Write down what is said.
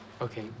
Okay